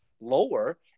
lower